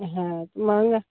हाँ तो महंगा